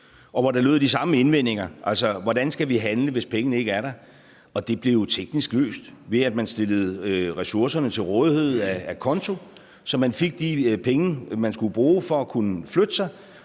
lød der de samme indvendinger om, hvordan man skal handle, hvis pengene ikke er der, og det blev jo løst teknisk ved, at man stillede ressourcerne til rådighed a conto, så man fik de penge, man skulle bruge for at kunne flytte sig.